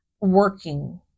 working